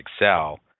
Excel